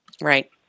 Right